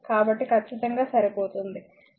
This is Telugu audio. కాబట్టి ఖచ్చితంగా సరిపోతుంది